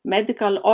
Medical